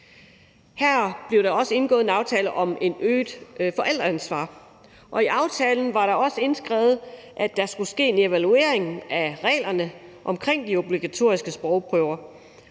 Her blev der også indgået en aftale om et øget forældreansvar, og i aftalen var der også indskrevet, at der skulle ske en evaluering af reglerne om de obligatoriske sprogprøver